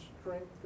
strength